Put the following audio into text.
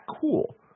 cool